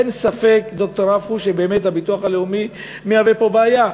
אין ספק, ד"ר עפו, שהביטוח הלאומי מהווה פה בעיה.